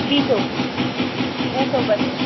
बीठो ॿ सौ ॿ सौ